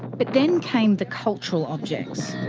but then came the cultural objects.